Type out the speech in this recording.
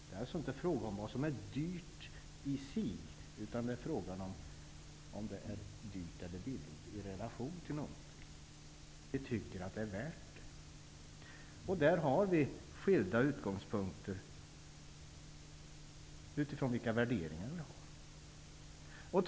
Det är alltså inte fråga om vad som är dyrt i sig, utan det är fråga om det är dyrt eller billigt i relation till någonting -- om vi tycker att det är värt sitt pris. I det sammanhanget har vi skilda utgångspunkter utifrån de värderingar vi har.